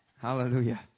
Hallelujah